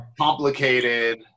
complicated